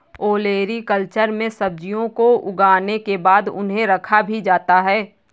olericulture में सब्जियों को उगाने के बाद उन्हें रखा भी जाता है